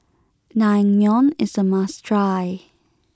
Naengmyeon is a must try